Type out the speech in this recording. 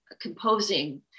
composing